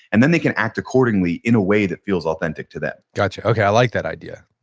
and then they can act accordingly in a way that feels authentic to them gotcha. okay, i like that idea.